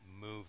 move